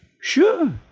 sure